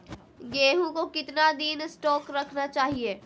गेंहू को कितना दिन स्टोक रखना चाइए?